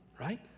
Right